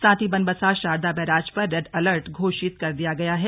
साथ ही बनबसा शारदा बैराज पर रेड अर्लट घोषित कर दिया गया हैं